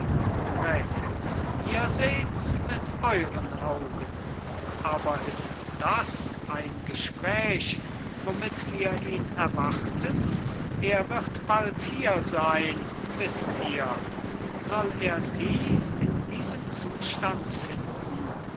gräfin ihr sehts mit euren augen aber ist das ein gespräch womit wir ihn erwarten er wird bald hier sein wißt ihr soll er sie in diesem zustand finden